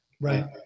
Right